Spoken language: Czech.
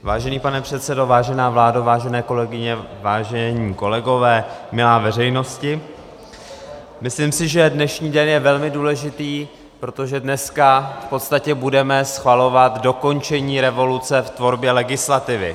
Vážený pane předsedo, vážená vládo, vážené kolegyně, vážení kolegové, milá veřejnosti, myslím si, že dnešní den je velmi důležitý, protože dneska v podstatě budeme schvalovat dokončení revoluce v tvorbě legislativy.